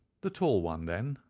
the tall one, then,